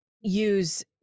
use